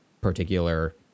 particular